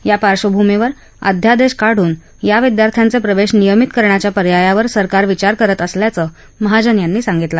या पार्श्वभूमीवर अध्यादेश काढून या विद्यार्थ्यांचे प्रवेश नियमित करण्याच्या पर्यायावर सरकार विचार करत असल्याचं महाजन यांनी सांगितलं